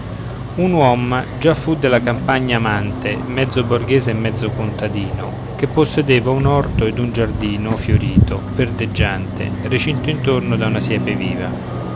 un uom già fu della campagna amante mezzo borghese e mezzo contadino che possedeva un orto ed un giardino fiorito verdeggiante recinto intorno da una siepe viva